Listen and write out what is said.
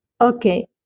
Okay